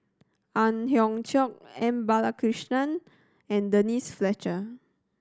Ang Hiong Chiok M Balakrishnan and Denise Fletcher